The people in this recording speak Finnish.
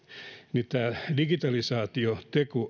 niin digitalisaatio